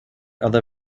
other